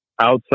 outside